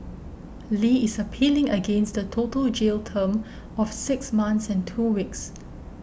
Li is appealing against the total jail term of six months and two weeks